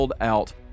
out